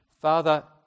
Father